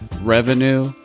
revenue